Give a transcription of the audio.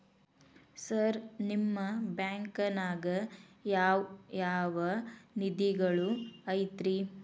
Sir ನಿಮ್ಮ ಬ್ಯಾಂಕನಾಗ ಯಾವ್ ಯಾವ ನಿಧಿಗಳು ಐತ್ರಿ?